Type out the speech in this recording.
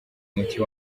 muti